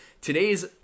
today's